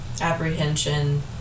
apprehension